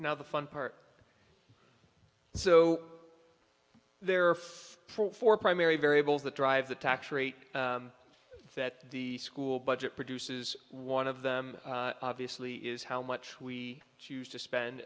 now the fun part so there are four primary variables that drive the tax rate that the school budget produces one of them obviously is how much we choose to spend